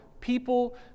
people